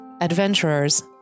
adventurers